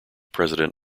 president